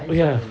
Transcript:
ya